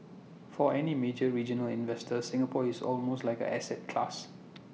for any major regional investor Singapore is almost like an asset class